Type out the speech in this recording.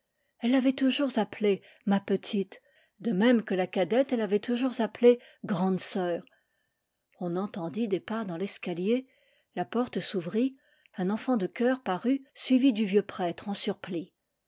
elle l'avait toujours appelée ma petite de même que la cadette l'avait toujours appelée grande sœur on entendit des pas dans l'escalier la porte s'ouvrit un enfant de chœur parut suivi du vieux prêtre en surplis